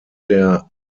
der